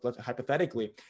hypothetically